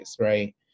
right